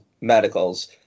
medicals